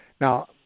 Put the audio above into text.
Now